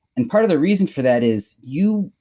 and part of the reason for that is, you.